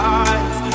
eyes